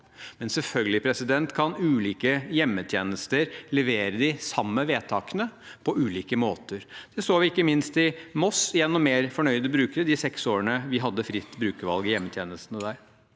men selvfølgelig kan ulike hjemmetjenester levere de samme vedtakene på ulike måter. Det så vi ikke minst i Moss gjennom mer fornøyde brukere de seks årene vi hadde fritt brukervalg i hjemmetjenestene der.